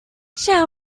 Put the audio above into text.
shall